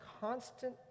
constant